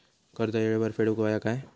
कर्ज येळेवर फेडूक होया काय?